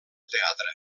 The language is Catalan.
teatre